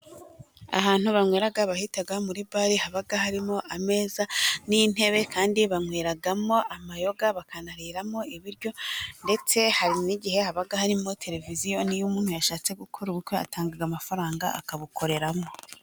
Ahantu banywera bahitaga muri bare, haba harimo ameza n'intebe kandi banyweramo amayoga, bakanariramo ibiryo ndetse hari n'igihe haba harimo televiziyo, iyo umuntu yashatse, gukora ubukwe atanga amafaranga akabukoreramo.